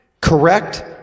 Correct